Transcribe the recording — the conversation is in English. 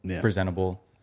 presentable